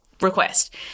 request